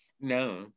No